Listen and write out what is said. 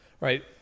right